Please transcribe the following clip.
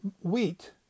wheat